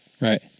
Right